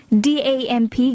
DAMP